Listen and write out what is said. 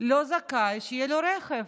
לא זכאי לרכב.